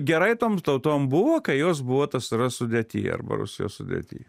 gerai toms tautom buvo kai jos buvo tsrs sudėty arba rusijos sudėty